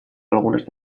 algunas